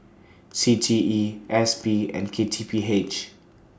C T E S P and K T P H